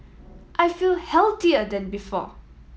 I feel healthier than before